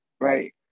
right